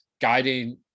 guiding